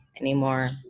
anymore